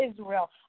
Israel